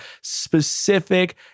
specific